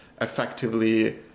effectively